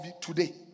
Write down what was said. today